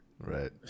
Right